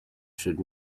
should